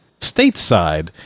stateside